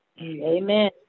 Amen